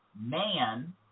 man